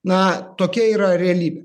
na tokia yra realybė